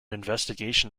investigation